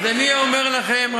אני אומר לכם,